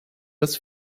das